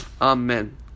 Amen